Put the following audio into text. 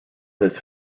his